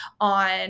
on